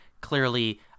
clearly